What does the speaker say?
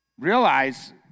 realize